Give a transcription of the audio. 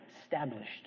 established